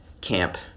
camp